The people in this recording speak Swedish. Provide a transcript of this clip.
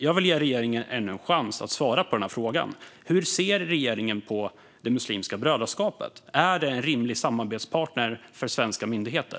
Jag vill ge regeringen ännu en chans att svara på frågan. Hur ser regeringen på Muslimska brödraskapet? Är det en rimlig samarbetspartner för svenska myndigheter?